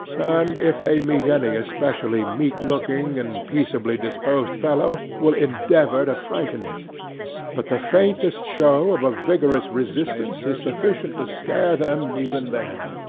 and, if they meet any especially meek looking and peaceably-disposed fellow, will endeavour to frighten him but the faintest show of a vigorous resistance is sufficient to scare them even then.